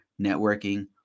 networking